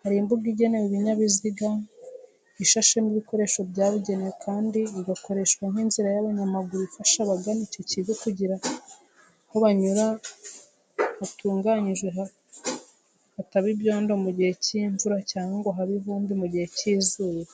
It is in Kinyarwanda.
hari imbuga igenewe ibinyabiziga, ishashemo ibikoresho byabugenewe kandi igakoreshwa nk'inzira y'abanyamaguru ifasha abagana iki kigo kugira aho banyura hatungajije hataba ibyondo mu gihe cy'imvura cyangwa ngo habe ivumbi mu gihe cy'izuba.